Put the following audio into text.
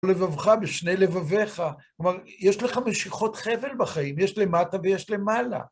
לבבך, בשני לבביך, כלומר, יש לך משיכות חבל בחיים, יש למטה ויש למעלה.